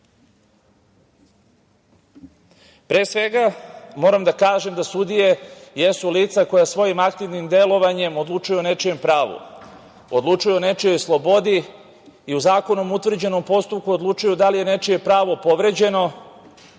svega, moram da kažem da sudije jesu lica koja svojim aktivnim delovanjem odlučuju o nečijem pravu, odlučuju o nečijoj slobodi i u zakonom utvrđenom postupku odlučuju da li je nečije pravo povređeno